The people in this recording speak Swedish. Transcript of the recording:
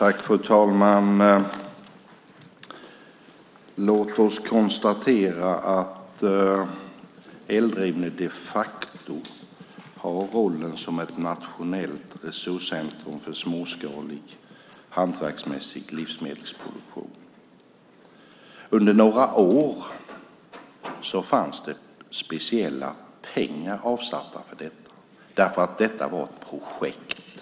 Fru talman! Låt oss konstatera att Eldrimner de facto har rollen som ett nationellt resurscentrum för småskalig hantverksmässig livsmedelsproduktion. Under några år fanns det speciella pengar avsatta för detta därför att detta var ett projekt.